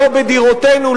לא בדירותינו,